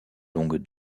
longue